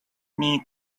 need